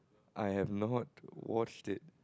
I have not watched it